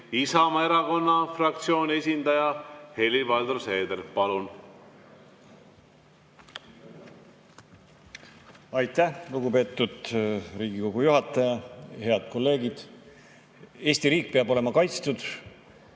Isamaa Erakonna fraktsiooni esindaja Helir-Valdor Seederi. Palun! Aitäh, lugupeetud Riigikogu juhataja! Head kolleegid! Eesti riik peab olema kaitstud